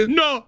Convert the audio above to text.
no